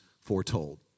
foretold